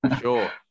Sure